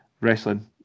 wrestling